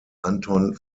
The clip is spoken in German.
anton